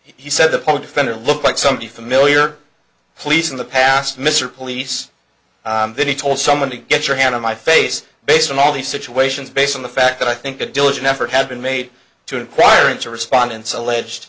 he said the public defender looked like somebody familiar police in the past mr police then he told someone to get your hand in my face based on all these situations based on the fact that i think a diligent effort has been made to inquire into respondents alleged